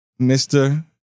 Mr